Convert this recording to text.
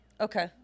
Okay